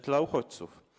Dla uchodźców.